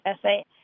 essay